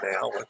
now